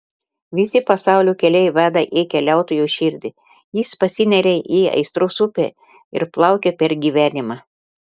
visi pasaulio keliai veda į keliautojo širdį jis pasineria į aistros upę ir plaukia per gyvenimą